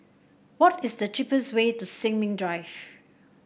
what is the cheapest way to Sin Ming Drive